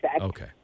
Okay